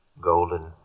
golden